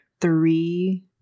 three